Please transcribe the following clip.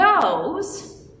goes